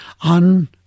on